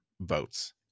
votes